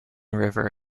river